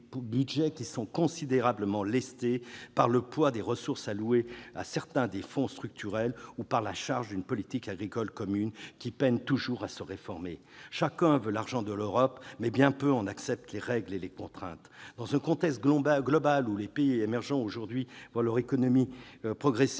budgets considérablement lestés par le poids des ressources allouées à certains des fonds structurels ou par la charge d'une politique agricole commune qui peine toujours à se réformer. Chacun veut l'argent de l'Europe, mais bien peu en acceptent les règles et les contraintes. Dans un contexte global où les pays émergents voient leur économie progresser